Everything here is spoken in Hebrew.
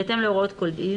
בהתאם להוראות כל דין,